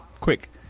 quick